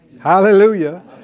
Hallelujah